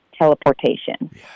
teleportation